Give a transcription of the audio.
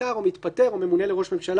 מפוטר או מתפטר או ממונה לראש ממשלה,